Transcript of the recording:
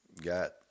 got